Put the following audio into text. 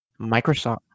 Microsoft